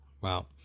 Wow